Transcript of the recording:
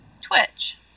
Twitch